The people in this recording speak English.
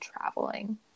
traveling